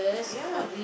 ya